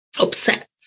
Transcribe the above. upset